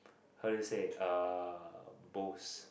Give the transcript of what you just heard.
how do you say uh boast